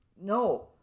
No